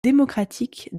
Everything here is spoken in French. démocratique